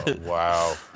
Wow